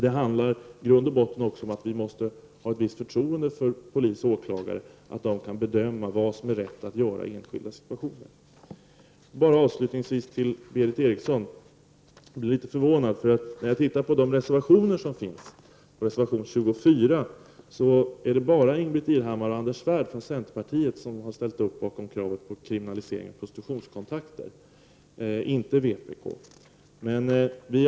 Det handlar i grund och botten också om att vi måste ha förtroende för att polis och åklagare kan bedöma vad som är rätt att göra i olika situationer. Avslutningsvis vill jag säga till Berith Eriksson att jag blir förvånad när jag ser att det är bara Ingbritt Irhammar och Anders Svärd från centerpartiet som i reservation 24 ställer kravet på kriminalisering av prostitutionskontakter och att inte vpk är med där.